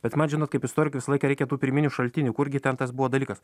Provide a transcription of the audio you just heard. bet man žinot kaip istorikui visą laiką reikia tų pirminių šaltinių kurgi ten tas buvo dalykas